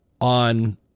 on